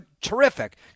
terrific